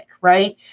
right